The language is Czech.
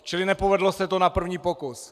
Čili nepovedlo se to na první pokus.